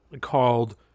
called